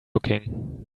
looking